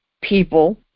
people